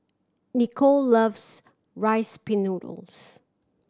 Nicole loves Rice Pin Noodles